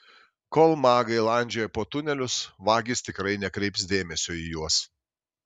kol magai landžioja po tunelius vagys tikrai nekreips dėmesio į juos